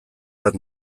bat